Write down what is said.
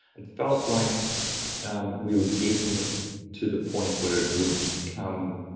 and felt like we were getting to the point where it would become